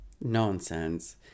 Nonsense